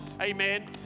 Amen